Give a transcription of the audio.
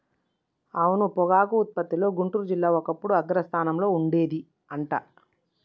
అవును పొగాకు ఉత్పత్తిలో గుంటూరు జిల్లా ఒకప్పుడు అగ్రస్థానంలో ఉండేది అంట